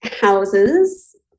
houses